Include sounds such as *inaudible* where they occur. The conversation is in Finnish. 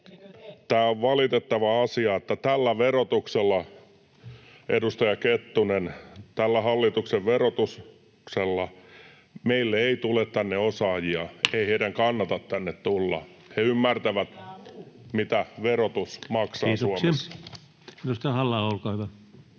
Tämä on valitettava asia, että tällä verotuksella, edustaja Kettunen, tällä hallituksen verotuksella meille ei tule tänne osaajia, *noise* ei heidän kannata tänne tulla. [Tuomas Kettusen välihuuto] He ymmärtävät, mitä verotus maksaa Suomessa. Kiitoksia. — Edustaja Halla-aho, olkaa hyvä. Arvoisa